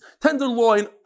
tenderloin